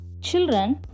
children